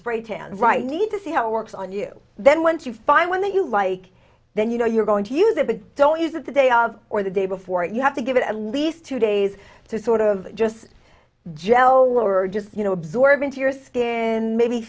spray tanned right need to see how it works on you then once you find one that you like then you know you're going to use it but don't use it the day of or the day before you have to give it at least two days to sort of just gel or just you know absorb into your skin maybe